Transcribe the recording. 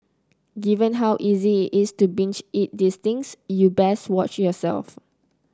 given how easy it's to binge eat these things you best watch yourself